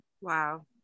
Wow